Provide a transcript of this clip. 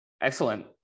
Excellent